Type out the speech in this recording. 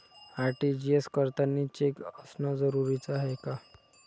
RTGS करतांनी cheque असनं जरुरीच हाय का?